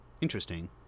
Interesting